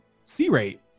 C-Rate